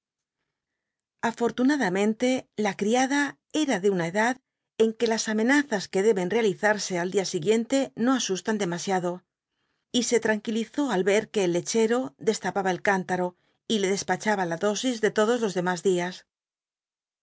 afortunadamente la criada era de una edad en que las amenazas que deben realizarse al dia siguiente no asustan demasiado y se tranquilizó al vet que ellecbeto destapaba el clintaro y le despachaba la dosis de todos los lemas dias